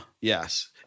Yes